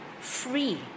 free